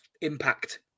impact